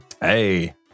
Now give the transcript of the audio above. Hey